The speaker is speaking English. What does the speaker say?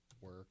work